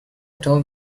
told